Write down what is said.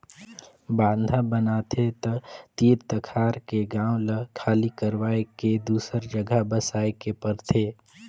बांधा बनाथे त तीर तखार के गांव ल खाली करवाये के दूसर जघा बसाए के परथे